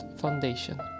foundation